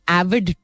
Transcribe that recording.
avid